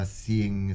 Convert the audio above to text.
seeing